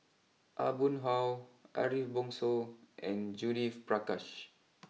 Aw Boon Haw Ariff Bongso and Judith Prakash